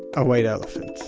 a white elephant